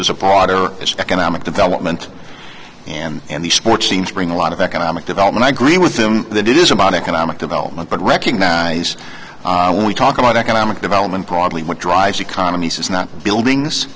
is a pod or economic development and these sports teams bring a lot of economic development i agree with them that it is about economic development but recognize when we talk about economic development broadly what drives economies is not buildings